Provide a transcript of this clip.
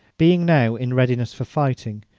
being now in readiness for fighting,